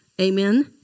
Amen